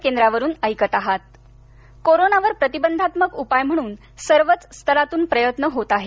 युनानी काढा कोरोनावर प्रतिबंधात्मक उपाय म्हणून सर्वच स्तरातून प्रयत्न होत आहेत